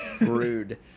Rude